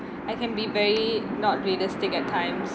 I can be very not realistic at times